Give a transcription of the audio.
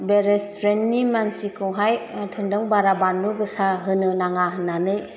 बे रेस्टुरेन्टनि मानसिखौहाय थिन्दों बारा बान्लु गोसा होनो नाङा होन्नानै